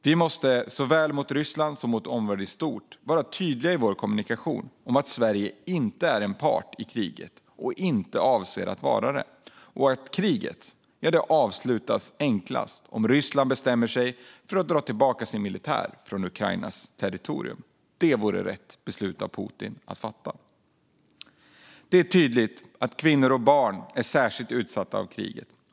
Vi måste såväl mot Ryssland som mot omvärlden i stort vara tydliga i vår kommunikation om att Sverige inte är en part i kriget och inte avser att vara det samt att kriget enklast avslutas om Ryssland bestämmer sig för att dra tillbaka sin militär från Ukrainas territorium. Det vore rätt beslut av Putin att fatta. Det är tydligt att kvinnor och barn är särskilt utsatta för kriget.